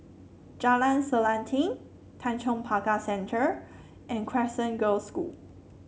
Jalan Selanting Tanjong Pagar Center and Crescent Girls' School